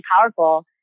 powerful